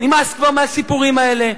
נמאס כבר מהסיפורים האלה.